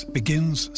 begins